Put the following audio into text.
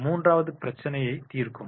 மூன்றாவது பிரச்சினை தீர்க்கும்